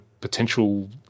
potential